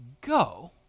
Go